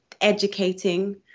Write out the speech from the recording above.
educating